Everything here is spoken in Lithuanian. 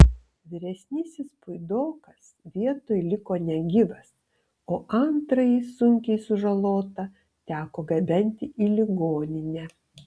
vyresnysis puidokas vietoj liko negyvas o antrąjį sunkiai sužalotą teko gabenti į ligoninę